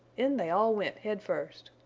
in they all went head first.